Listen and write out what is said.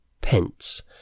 pence